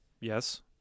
Yes